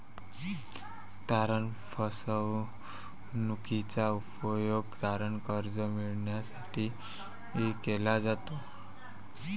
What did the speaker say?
तारण फसवणूकीचा उपयोग तारण कर्ज मिळविण्यासाठी केला जातो